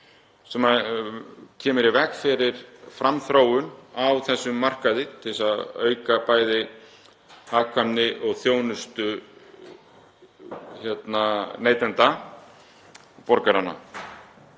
sem kemur í veg fyrir framþróun á þessum markaði til að auka bæði hagkvæmni og bæta þjónustu neytenda og borgaranna